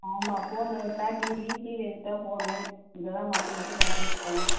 ஆமாம் ஃபோனை எடுத்தால் டிவி டிவியை எடுத்தால் ஃபோன் இதை தான் மாற்றி மாற்றி பார்த்துட்டு இருக்காங்க